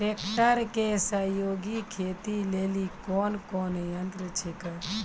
Tractor के सहयोगी खेती लेली कोन कोन यंत्र छेकै?